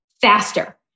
faster